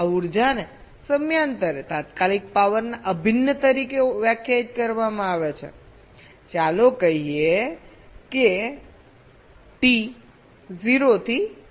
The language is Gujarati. આ ઉર્જાને સમયાંતરે તાત્કાલિક પાવરના અભિન્ન તરીકે વ્યાખ્યાયિત કરવામાં આવે છે ચાલો કહીએ કે મૂડી T 0 થી T છે